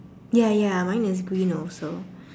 ya ya mine is green also